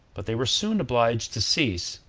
but they were soon obliged to cease,